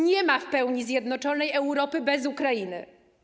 Nie ma w pełni zjednoczonej Europy bez Ukrainy.